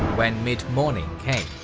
when midmorning came,